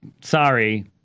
sorry